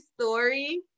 story